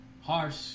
harsh